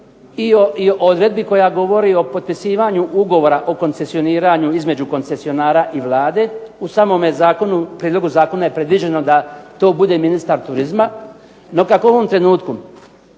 i o odredbi koja govori o potpisivanju ugovora o koncesioniranju između koncesionara i Vlade. U samom prijedlogu zakona je predviđeno da to bude ministar turizma, no kako u ovom trenutku